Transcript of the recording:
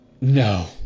No